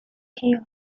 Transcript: chaos